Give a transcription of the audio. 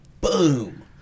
boom